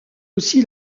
aussi